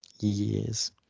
Years